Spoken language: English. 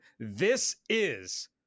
THISIS